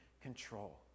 control